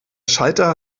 schalter